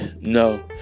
No